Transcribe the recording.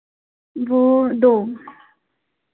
वह दो